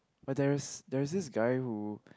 but there is there is this guy who